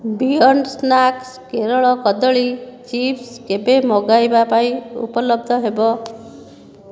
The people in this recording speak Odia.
ବିୟଣ୍ଡ ସ୍ନାକ୍ସ କେରଳ କଦଳୀ ଚିପ୍ସ କେବେ ମଗାଇବା ପାଇଁ ଉପଲବ୍ଧ ହେବ